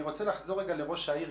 אני רוצה לחזור לראש העיר.